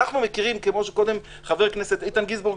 אנחנו מכירים, כמו שקודם חבר הכנסת איתן גינזבורג